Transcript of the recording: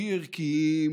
הכי ערכיים,